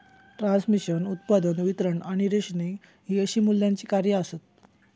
transmission, उत्पादन, वितरण आणि रेशनिंग हि अशी मूल्याची कार्या आसत